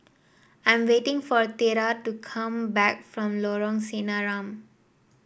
I'm waiting for Tera to come back from Lorong Sinaran